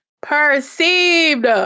Perceived